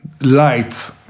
light